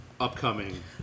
upcoming